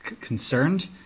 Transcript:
concerned